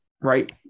right